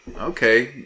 okay